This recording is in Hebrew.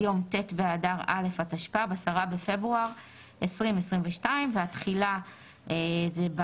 יום ט' באדר א' התשפ"ב (10 בפברואר 2022)". תחילה תחילתו של